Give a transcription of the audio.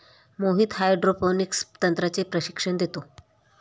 Mohit hydroponics तंत्राचे प्रशिक्षण देतो